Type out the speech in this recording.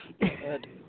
Good